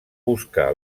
busca